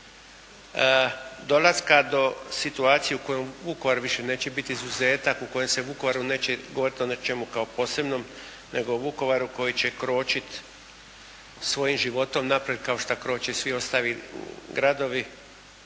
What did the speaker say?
dolaska u situaciju u kojoj Vukovar više neće biti izuzetak, u kojem se o Vukovaru neće govoriti o nečemu kao posebnom, nego Vukovaru koji će kročiti svojim životom naprijed kao što kroče svi ostali gradovi.